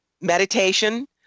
Meditation